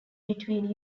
between